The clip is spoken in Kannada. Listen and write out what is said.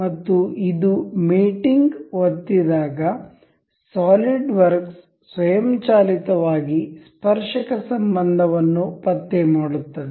ಮತ್ತು ಇದು ಮೇಟಿಂಗ್ ಒತ್ತಿದಾಗ ಸಾಲಿಡ್ ವರ್ಕ್ಸ್ ಸ್ವಯಂಚಾಲಿತವಾಗಿ ಸ್ಪರ್ಶಕ ಸಂಬಂಧವನ್ನು ಪತ್ತೆ ಮಾಡುತ್ತದೆ